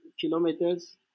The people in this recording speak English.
kilometers